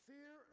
Fear